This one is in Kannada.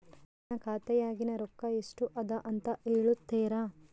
ನನ್ನ ಖಾತೆಯಾಗಿನ ರೊಕ್ಕ ಎಷ್ಟು ಅದಾ ಅಂತಾ ಹೇಳುತ್ತೇರಾ?